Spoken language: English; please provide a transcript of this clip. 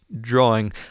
drawing